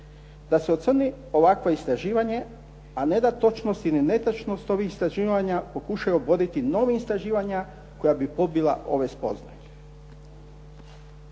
da se ocrni ovakvo istraživanje, a ne da točnost ili netočnost ovakvih istraživanja pokušaju oploditi nova istraživanja koja bi pobila ove spoznaje.